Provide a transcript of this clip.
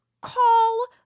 call